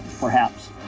perhaps,